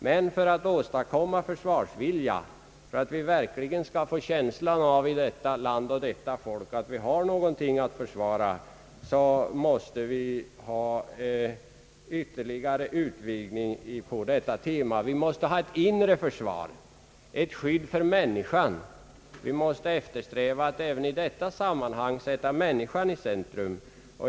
Men för att åstadkomma en försvarsvilja och för att folket i vårt land verkligen skall få känslan av att det har något att försvara måste vi ytterligare utvidga detta tema. Vi måste ha ett inre försvar, ett skydd för människan. Vi måste eftersträva att även i detta sammanhang sätta människan i centrum.